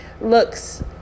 looks